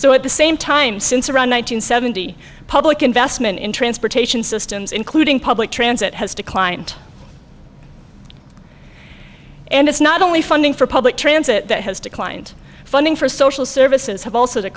so at the same time since around one nine hundred seventy public investment in transportation systems including public transit has declined and it's not only funding for public transit has declined funding for social services have also